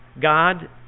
God